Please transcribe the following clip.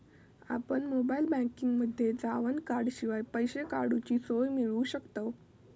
आपण मोबाईल बँकिंगमध्ये जावन कॉर्डशिवाय पैसे काडूची सोय मिळवू शकतव